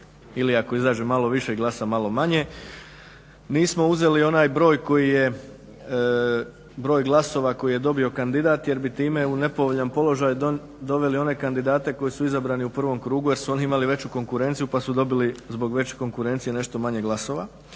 ili ako izađe malo više i glasa malo manje. Nismo uzeli onaj broj koji je, broj glasova koje je dobio kandidat jer bi time u nepovoljan položaj doveli one kandidate koji su izabrani u prvom krugu jer su oni imali veću konkurenciju pa su dobili zbog veće konkurencije nešto malo manje glasova.